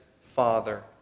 Father